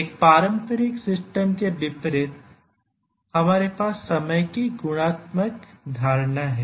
एक पारंपरिक सिस्टम के विपरीत हमारे पास समय की गुणात्मक धारणा है